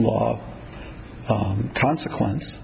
law consequence